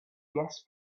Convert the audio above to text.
gas